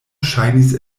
ŝajnis